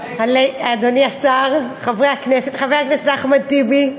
אדוני השר, חבר הכנסת אחמד טיבי,